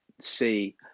see